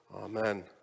Amen